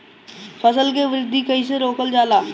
फसल के वृद्धि कइसे रोकल जाला?